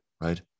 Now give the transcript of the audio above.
right